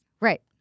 Right